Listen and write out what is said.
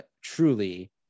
truly